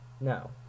No